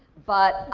but,